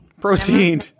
Protein